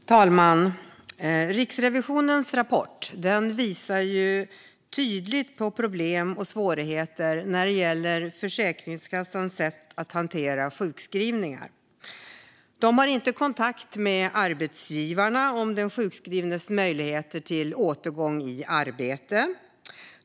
Fru talman! Riksrevisionens rapport visar tydligt på problem och svårigheter när det gäller Försäkringskassans sätt att hantera sjukskrivningar. De har inte kontakt med arbetsgivaren om den sjukskrivnes möjligheter till återgång i nuvarande arbete.